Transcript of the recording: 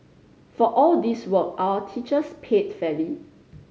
for all this work are our teachers paid fairly